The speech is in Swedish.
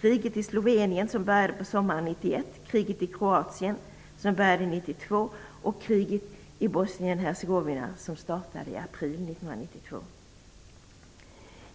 Kriget i Slovenien, som började på sommaren 1991, kriget i Kroatien, som började 1992, och kriget i